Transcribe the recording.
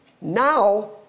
Now